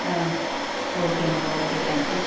ஆ ஓகேம்மா okay thank you